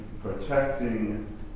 protecting